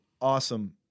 awesome